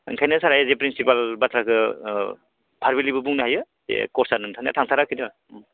ओंखायनो सारा एज ए प्रिन्सिपाल बाथ्राखौ औ भारबेलिबो बुंनो हायो जे कर्सआ नोंथांना थांथाराखै